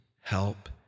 help